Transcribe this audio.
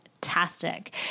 Fantastic